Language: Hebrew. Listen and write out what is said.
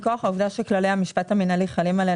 מכוח העובדה שכללי המשפט המינהלי חלים עלינו